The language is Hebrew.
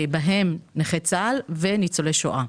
בהן נכי צה"ל וניצולי שואה.